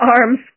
arms